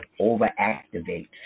overactivates